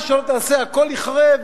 מה שלא תעשה הכול ייחרב,